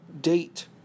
date